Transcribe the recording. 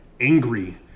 angry